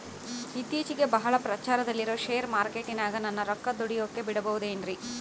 ಇತ್ತೇಚಿಗೆ ಬಹಳ ಪ್ರಚಾರದಲ್ಲಿರೋ ಶೇರ್ ಮಾರ್ಕೇಟಿನಾಗ ನನ್ನ ರೊಕ್ಕ ದುಡಿಯೋಕೆ ಬಿಡುಬಹುದೇನ್ರಿ?